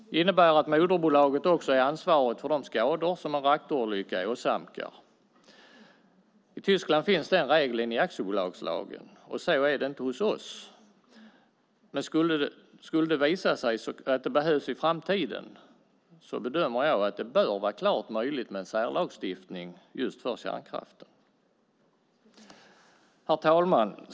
Det innebär att moderbolaget även är ansvarigt för de skador som en reaktorolycka åsamkar. I Tyskland finns den regeln i aktiebolagslagen. Så är det inte hos oss, men skulle det i framtiden visa sig att det behövs bedömer jag att det bör vara klart möjligt med en särlagstiftning just för kärnkraften. Herr talman!